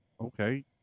okay